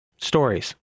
stories